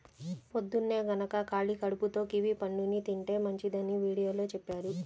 పొద్దన్నే గనక ఖాళీ కడుపుతో కివీ పండుని తింటే మంచిదని వీడియోలో చెప్పారు